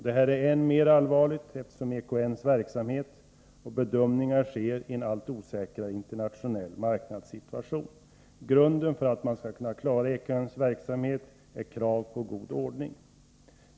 Detta är än mer allvarligt som EKN:s verksamhet och bedömningar sker i en allt osäkrare internationell marknadssituation. Grunden för att man skall kunna klara EKN:s verksamhet är en god ordning.